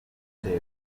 bitewe